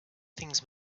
things